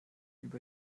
über